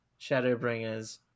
Shadowbringers